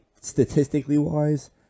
statistically-wise